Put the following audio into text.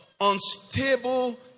Unstable